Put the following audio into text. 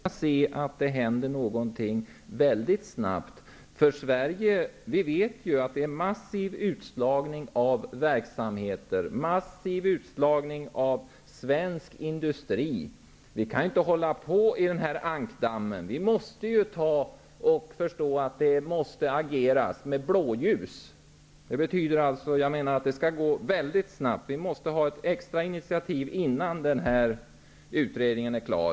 Herr talman! Jag skulle vilja se att det händer någonting snabbt för Sverige. Vi vet att det sker en massiv utslagning av verksamheter och av svensk industri. Vi kan inte hålla på i den här ankdammen. Vi måste agera med blåljus. Det skall alltså gå mycket snabbt. Vi måste ta ett extra initiativ innan den här utredningen är klar.